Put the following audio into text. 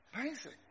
Amazing